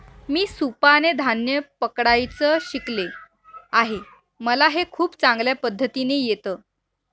मी सुपाने धान्य पकडायचं शिकले आहे मला हे खूप चांगल्या पद्धतीने येत